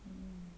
mmhmm